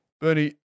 bernie